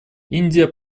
индия